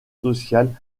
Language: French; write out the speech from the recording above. sociales